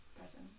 person